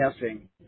guessing